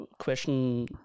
question